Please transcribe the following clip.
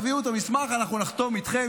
תביאו את המסמך ואנחנו נחתום איתכם,